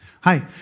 Hi